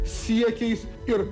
siekiais ir